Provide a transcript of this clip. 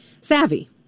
savvy